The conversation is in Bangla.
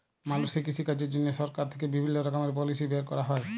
মালুষের কৃষিকাজের জন্হে সরকার থেক্যে বিভিল্য রকমের পলিসি বের ক্যরা হ্যয়